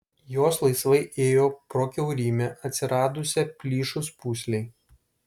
jos laisvai ėjo pro kiaurymę atsiradusią plyšus pūslei